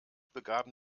begaben